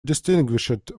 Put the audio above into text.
distinguished